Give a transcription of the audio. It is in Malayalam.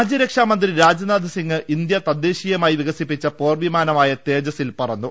രാജ്യരക്ഷാമന്ത്രി രാജ്നാഥ്സിംഗ് ഇന്ത്യ തദ്ദേശീയമായി വിക സിപ്പിച്ച പോർവിമാന്മായ തേജസിൽ പറന്നു